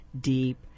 deep